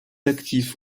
actif